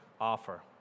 offer